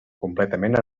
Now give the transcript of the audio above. completament